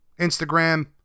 Instagram